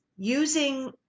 using